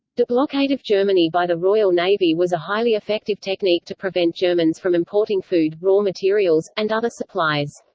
the blockade of germany by the royal navy was a highly effective technique to prevent germans from importing food, raw materials, and other supplies.